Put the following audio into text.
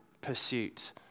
pursuit